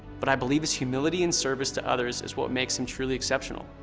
but i believe his humility and service to others is what makes him truly exceptional.